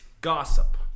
Gossip